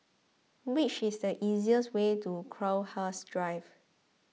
which is the easiest way to Crowhurst Drive